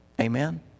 Amen